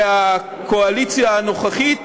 והקואליציה הנוכחית